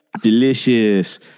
Delicious